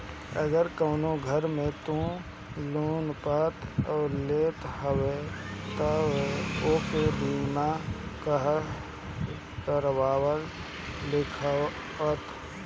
अगर कवनो घर तू लोन पअ लेत हवअ तअ ओकर बीमा करवा लिहअ